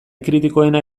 kritikoena